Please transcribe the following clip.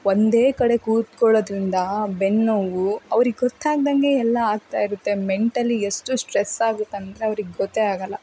ಒಂದೇ ಕಡೆ ಕೂತ್ಕೊಳ್ಳೋದ್ರಿಂದ ಬೆನ್ನು ನೋವು ಅವ್ರಿಗೆ ಗೊತ್ತಾಗ್ದಂಗೆ ಎಲ್ಲ ಆಗ್ತಾ ಇರುತ್ತೆ ಮೆಂಟಲಿ ಎಷ್ಟು ಸ್ಟ್ರೆಸ್ ಆಗುತ್ತಂದರೆ ಅವ್ರಿಗೆ ಗೊತ್ತೇ ಆಗಲ್ಲ